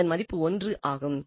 அதன் மதிப்பு 1 ஆகும்